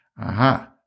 Aha